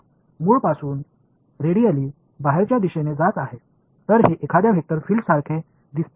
तर मूळपासून रेडिएली बाहेरच्या दिशेने जात आहे तर हे एखाद्या वेक्टर फील्डसारखे दिसते आहे जे तरीही फिरत आहे